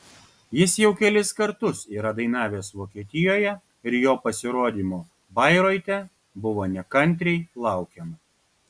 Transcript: jis jau kelis kartus yra dainavęs vokietijoje ir jo pasirodymo bairoite buvo nekantriai laukiama